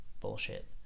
bullshit